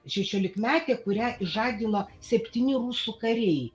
šešiolikmetė kurią išžagino septyni rusų kariai